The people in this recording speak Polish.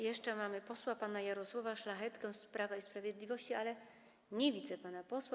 Jeszcze mamy pana posła Jarosława Szlachetkę z Prawa i Sprawiedliwości, ale nie widzę pana posła.